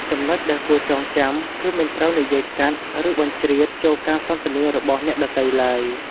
ចំណុចដែលគួរចងចាំ គឺមិនត្រូវនិយាយកាត់ ឬបជ្រៀតចូលការសន្ទនារបស់អ្នកដទៃឡើយ។